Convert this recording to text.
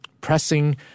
pressing